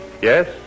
Yes